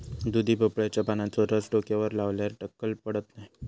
दुधी भोपळ्याच्या पानांचो रस डोक्यावर लावल्यार टक्कल पडत नाय